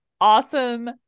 awesome